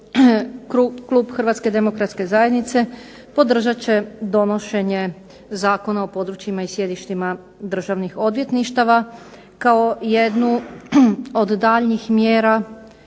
Klub Hrvatske demokratske zajednice podržat će donošenje Zakona o područjima i sjedištima Državnih odvjetništava kao jednu od daljnjih mjera